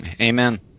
Amen